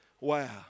Wow